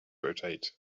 rotate